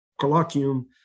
colloquium